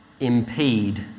impede